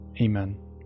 Amen